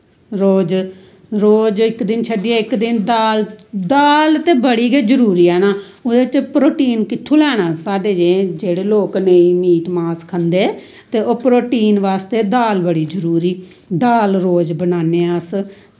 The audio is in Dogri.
रोज रोज इक दिन छड्डियै इक दिन दाल दाल ते बड़ी गै जरूरी ऐ ना ओह्दे च प्रोटिन कित्थूं लैना साढ़े जेह् जेह्ड़े लोग नेंई मीट मांस खंदे ते ओह् प्रोटीन बास्तै दाल बड़ी जरूरी दाल रोज़ बनान्ने अस